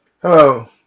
Hello